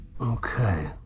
Okay